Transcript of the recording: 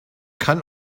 kann